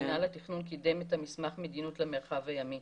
מינהל התכנון קידם את מסמך המדיניות למרחב הימי.